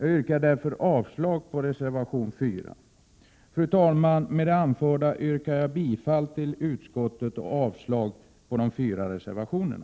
Jag yrkar därför avslag på reservation 4. Fru talman! Med det anförda yrkar jag bifall till utskottets hemställan och än en gång avslag på de fyra reservationerna.